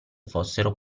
fossero